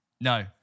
No